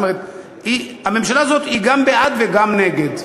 זאת אומרת, הממשלה הזאת היא גם בעד וגם נגד.